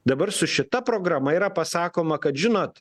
dabar su šita programa yra pasakoma kad žinot